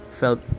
felt